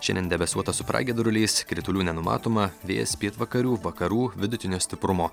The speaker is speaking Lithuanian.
šiandien debesuota su pragiedruliais kritulių nenumatoma vėjas pietvakarių vakarų vidutinio stiprumo